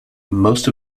most